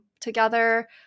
together